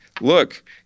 look